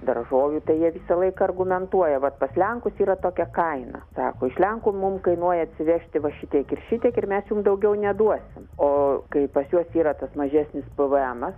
daržovių tai jie visą laiką argumentuoja vat pas lenkus yra tokia kaina sako iš lenkų mum kainuoja atsivežti va šitiek ir šitiek ir mes jum daugiau neduosim o kai pas juos yra tas mažesnis pvmas